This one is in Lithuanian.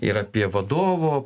ir apie vadovo